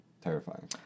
Terrifying